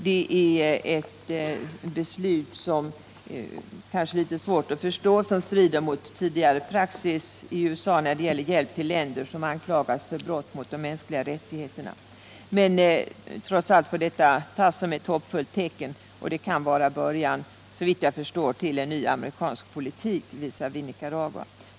Det är ett svårförståeligt beslut som strider mot tidigare praxis i USA när det gäller hjälp till länder som anklagas för brott mot de mänskliga rättigheterna. Trots allt får det tas som ett hoppfullt tecken, och det kan såvitt jag förstår vara början till en ny amerikansk politik visavi Nicaragua.